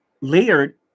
layered